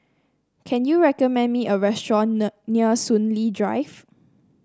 can you recommend me a restaurant near Soon Lee Drive